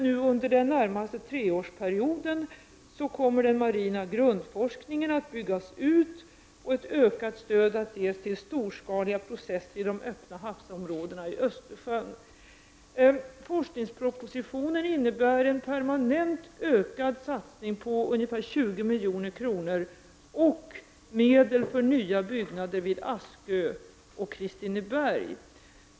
Nu under den närmaste treårsperioden kommer den marina grundforskningen att byggas ut och ett ökat stöd att ges till storskaliga processer i de öppna havsområdena i Östersjön. Forskningspropositionen innebär en permanent ökad satsning på ungefär 20 milj.kr. och medel för nya byggnader vid Askö och Kristineberg.